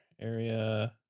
Area